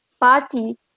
party